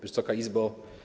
Wysoka Izbo!